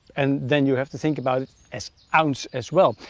and then you have to think about it as ounce as well.